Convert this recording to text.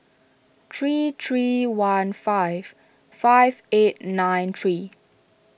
three three one five five eight nine three